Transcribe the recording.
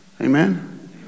Amen